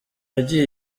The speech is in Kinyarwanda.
yagiye